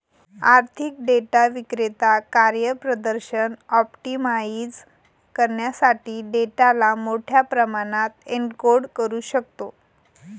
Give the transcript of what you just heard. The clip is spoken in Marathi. आर्थिक डेटा विक्रेता कार्यप्रदर्शन ऑप्टिमाइझ करण्यासाठी डेटाला मोठ्या प्रमाणात एन्कोड करू शकतो